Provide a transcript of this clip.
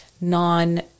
non